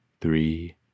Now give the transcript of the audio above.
three